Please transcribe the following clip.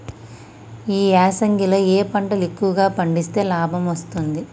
ఈ యాసంగి లో ఏ పంటలు ఎక్కువగా పండిస్తే లాభం వస్తుంది?